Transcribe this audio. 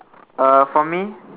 uh for me